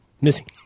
missing